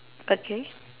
okay